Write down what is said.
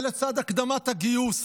ולצד הקדמת הגיוס